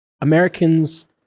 Americans